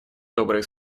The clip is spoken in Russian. добрые